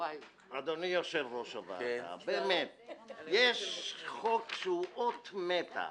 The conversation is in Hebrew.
אדוני יושב-ראש הוועדה יש חוק שהוא אות מתה,